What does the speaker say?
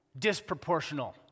disproportional